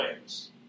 ways